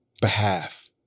behalf